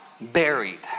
buried